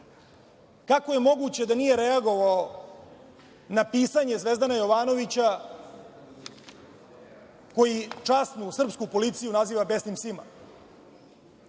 kako je moguće da nije reagovao na pisanje Zvezdana Jovanovića koji časnu srpsku policiju naziva besnim psima? Dana